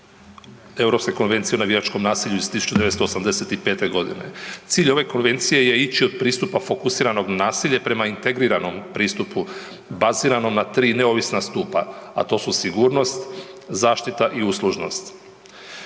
Europske konvencije o navijačkom nasilju iz 1985. g. Cilj ove konvencije je ići od pristupa fokusiranog nasilje prema integriranom pristupu baziranom na 3 neovisna stupa, a to su sigurnost, zaštita i uslužnost.